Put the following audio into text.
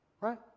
Right